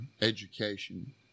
education